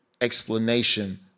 explanation